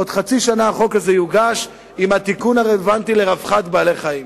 בעוד חצי שנה החוק הזה יוגש עם התיקון הרלוונטי ל"רווחת בעלי-החיים".